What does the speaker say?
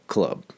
Club